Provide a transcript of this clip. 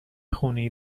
خونی